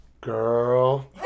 Girl